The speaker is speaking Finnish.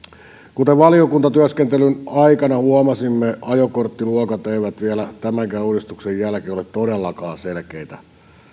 kuten valiokuntatyöskentelyn aikana huomasimme ajokorttiluokat eivät vielä tämänkään uudistuksen jälkeen ole todellakaan selkeitä